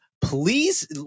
please